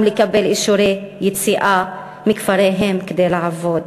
לקבל אישורי יציאה מכפריהם כדי לעבוד.